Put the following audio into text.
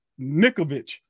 Nikovich